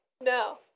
No